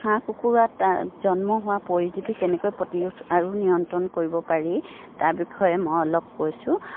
হাঁহ কুকুৰাত জন্ম হোৱা পৰিজীৱী কেনেকৈ প্ৰতিৰোধ আৰু নিয়ন্ত্ৰণ কৰিব পাৰি তাৰ বিষয়ে মই অলপ কৈছোঁ